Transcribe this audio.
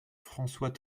françois